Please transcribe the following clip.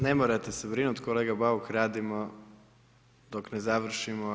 Ne morate se brinuti, kolega Bauk radimo dok ne završimo.